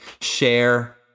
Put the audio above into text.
share